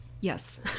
Yes